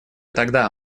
тогда